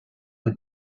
per